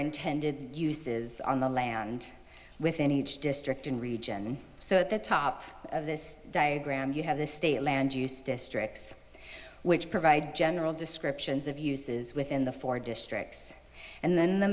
intended uses on the land within each district and region so at the top of this diagram you have the state land use districts which provide general descriptions of uses within the four districts and then the